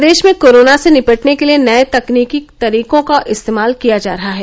प्रदेश में कोरोना से निपटने के लिए नये तकनीकी तरीकों का इस्तेमाल किया जा रहा है